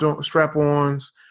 strap-ons